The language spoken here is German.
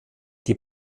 die